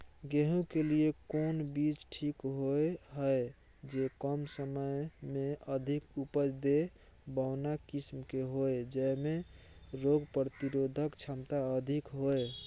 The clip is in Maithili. गेहूं के लिए कोन बीज ठीक होय हय, जे कम समय मे अधिक उपज दे, बौना किस्म के होय, जैमे रोग प्रतिरोधक क्षमता अधिक होय?